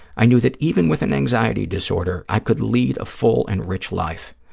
i knew that even with an anxiety disorder i could lead a full and rich life.